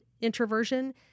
introversion